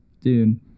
dude